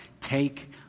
Take